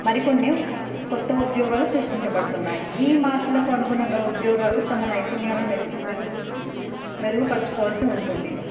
మరికొన్ని కొత్త ఉద్యోగాలు సృష్టించబడుతున్నాయి ఈ మార్పులకు అనుగుణంగా ఉద్యోగాలు తమ నైపుణ్యాాలను మెరుగు మెరుగు మెరుగుపరచుకోవాల్సి ఉంటుంది